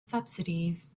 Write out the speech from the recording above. subsidies